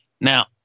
Now